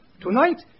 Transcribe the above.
Tonight